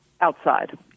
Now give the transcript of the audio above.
outside